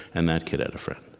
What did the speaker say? and that kid had a friend